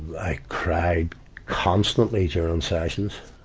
i cried constantly during sessions.